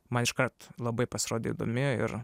man iškart labai pasirodė įdomi ir